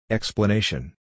Explanation